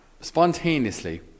spontaneously